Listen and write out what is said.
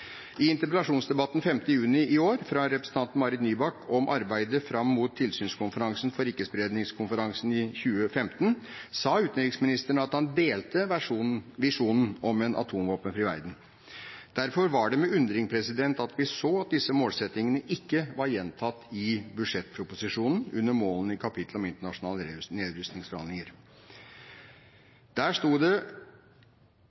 I interpellasjonsdebatten 5. juni i år fra representanten Marit Nybakk, om arbeidet fram mot Tilsynskonferansen for ikkespredningsavtalen i 2015, sa utenriksministeren at han delte visjonen om en atomvåpenfri verden. Derfor var det med undring at vi så at disse målsettingene ikke var gjentatt i budsjettproposisjonen under målene i kapitlet om internasjonale nedrustningsforhandlinger.